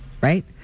right